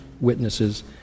witnesses